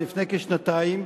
לפני כשנתיים,